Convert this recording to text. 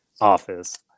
office